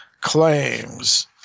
claims